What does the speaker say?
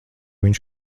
viņš